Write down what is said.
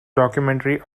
documentary